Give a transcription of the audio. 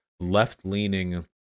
left-leaning